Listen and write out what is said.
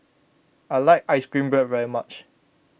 I like Ice Cream Bread very much